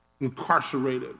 incarcerated